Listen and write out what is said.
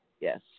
Yes